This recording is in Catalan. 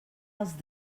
els